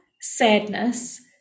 sadness